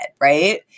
Right